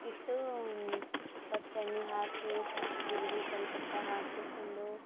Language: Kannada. ಇಟ್ಟು ಫಸ್ಟ್ ಎಣ್ಣೆ ಹಾಕಿ ಸಾಸ್ವೆ ಜೀರ್ಗೆ ಕರಿಪತ್ತ ಹಾಕಿ ಕೆಸಿಂದು